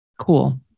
Cool